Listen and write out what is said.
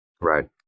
Right